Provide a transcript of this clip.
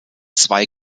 zwei